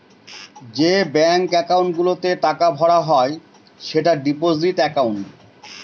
যে bank account গুলোতে টাকা ভরা হয় সেটা ডিপোজিট একাউন্ট